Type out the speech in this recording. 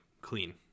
clean